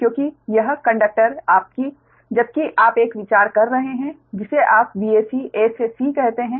क्योंकि यह कंडक्टर आपकी जबकि आप एक विचार कर रहे हैं जिसे आप Vac a से c कहते हैं